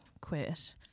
quit